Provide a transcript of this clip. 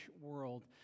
world